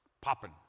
popping